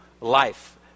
life